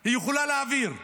היא יכולה להעביר.